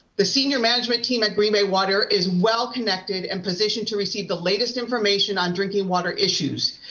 the senior management team at green bay water is well connected and positioned to receive the latest information on drinking water issues.